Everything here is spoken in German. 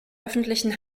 öffentlichen